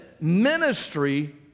ministry